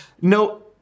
No